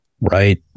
right